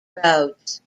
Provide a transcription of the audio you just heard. roads